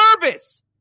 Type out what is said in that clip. service